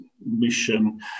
mission